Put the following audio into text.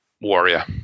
warrior